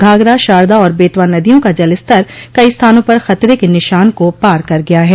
घाघरा शारदा और बेतवा नदियों का जलस्तर कई स्थानों पर खतरे के निशान को पार कर गया है